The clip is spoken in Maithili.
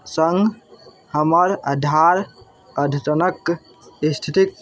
सङ्ग हमर आधार अद्यतन इस्थितिके